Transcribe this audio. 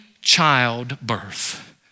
childbirth